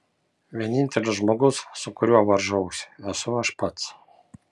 vienintelis žmogus su kuriuo varžausi esu aš pats